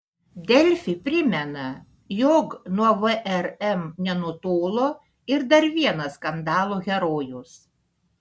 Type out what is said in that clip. delfi primena jog nuo vrm nenutolo ir dar vienas skandalo herojus